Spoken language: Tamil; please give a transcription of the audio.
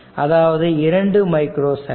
அதாவது 2 மைக்ரோ செகண்ட்